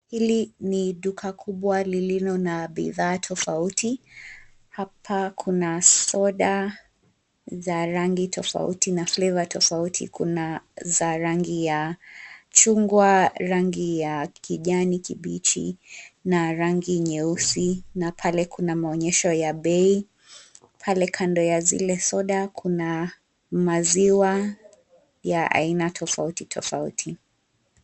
Hili ni duka kubwa lililo na bidhaa tofauti. Hapa kuna soda za rangi tofauti na flava tofauti, kuna za rangi ya chungwa, rangi ya kijani kibichi na rangi nyeusi na pale kuna maonyesho ya bei, pale kando ya zile soda kuna maziwa ya aina tofauti tofauti.